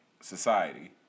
society